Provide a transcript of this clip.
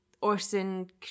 orson